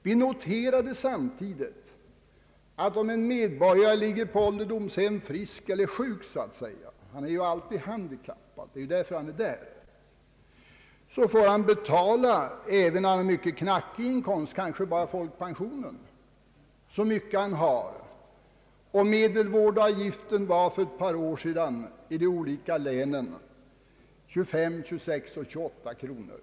Vi noterade samtidigt att om en medborgare ligger på ålderdomshem — vare sig han är frisk eller sjuk, han är ju alltid handikappad — får han betala så mycket han har även om det bara är en knapp inkomst, kanske bara folkpensionen, och medelvårdavgiften var för ett par år sedan i de olika länen 25, 26, 27 och 28 kronor.